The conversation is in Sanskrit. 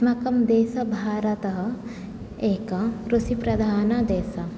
अस्माकं देशः भारतः एकः कृषिप्रधानदेशः